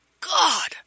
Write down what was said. God